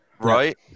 right